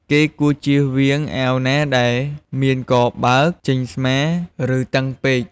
គេគួរជៀសវាងអាវណាដែលមានកបើក ចេញស្មា ឬ តឹងពេក។